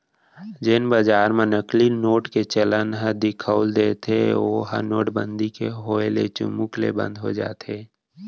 जेन बजार म नकली नोट के चलन ह दिखउल देथे ओहा नोटबंदी के होय ले चुमुक ले बंद हो जाथे